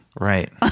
right